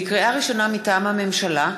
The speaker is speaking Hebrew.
לקריאה ראשונה, מטעם הממשלה: